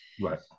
Right